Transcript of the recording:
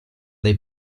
dei